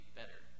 better